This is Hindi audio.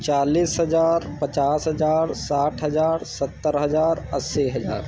चालीस हजार पचास हजार साठ हजार सत्तर हजार अस्सी हजार